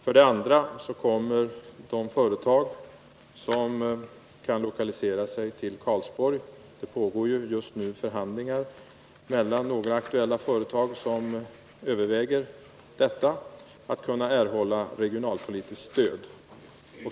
För det andra kommer de företag som kan lokalisera sig till Karlsborg — det pågår ju just nu förhandlingar mellan några aktuella företag som överväger detta — att kunna erhålla regionalpolitiskt stöd.